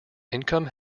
income